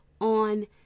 on